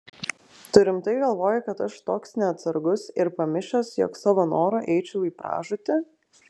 tu rimtai galvoji kad aš toks neatsargus ir pamišęs jog savo noru eičiau į pražūtį